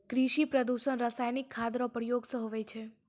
कृषि प्रदूषण रसायनिक खाद रो प्रयोग से हुवै छै